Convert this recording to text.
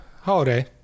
Holiday